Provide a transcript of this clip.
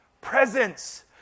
Presence